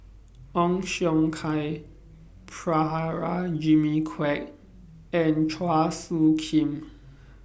Ong Siong Kai Prabhakara Jimmy Quek and Chua Soo Khim